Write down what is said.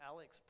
Alex